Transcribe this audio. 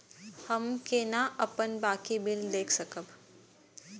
हम केना अपन बाँकी बिल देख सकब?